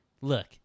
look